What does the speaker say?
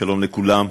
שלום לכולם,